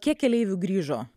kiek keleivių grįžo